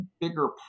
bigger